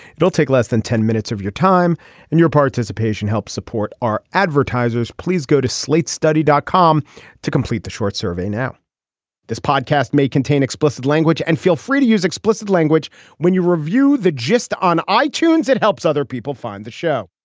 it'll take less than ten minutes of your time and your participation helps support our advertisers. please go to slate's study dot com to complete the short survey. now this podcast may contain explicit language and feel free to use explicit language when you review the gist on itunes it helps other people find the show